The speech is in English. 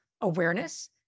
awareness